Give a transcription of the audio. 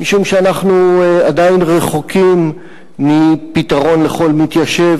משום שאנחנו עדיין רחוקים מפתרון לכל מתיישב,